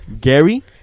Gary